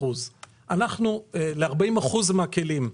ל-40% מהכלים.